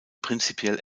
prinzipiell